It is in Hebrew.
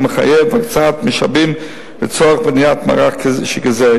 המחייב הקצאת משאבים לצורך בניית מערך שכזה.